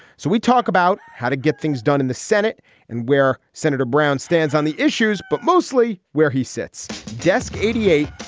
so we talk about how to get things done in the senate and where senator brown stands on the issues, but mostly where he sits. desk eighty eight,